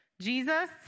Jesus